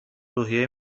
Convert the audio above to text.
روحیه